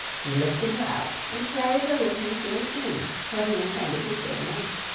he lifted her out, and carried her with him to an inn where he intended to stay the night.